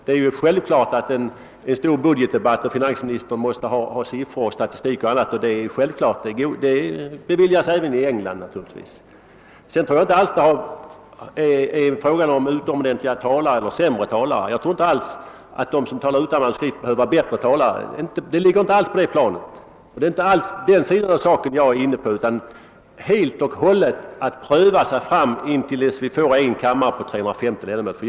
Det är självklart att finansministern i en stor budgetdebatt måste ha tillgång till statistik m.m., och naturligtvis är sådant tillåtet även i England. Jag tror inte alls att problemet gäller bättre eller sämre talare; de som talar utan manuskript behöver inte vara bättre talare. Det rör sig inte alls om den saken, utan bara om en försöksverk samhet i syfte att pröva sig fram tills vi får en kammare med 350 ledamöter.